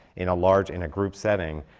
in a large, in a group setting,